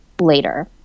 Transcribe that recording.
later